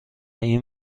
این